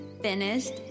finished